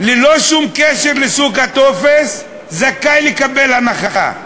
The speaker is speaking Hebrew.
ללא שום קשר לסוג הטופס, זכאי לקבל הנחה?